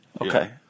Okay